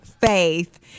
Faith